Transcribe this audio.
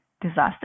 disaster